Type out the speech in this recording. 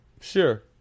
Sure